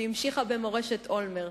והמשיכה במורשת אולמרט,